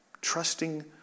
trusting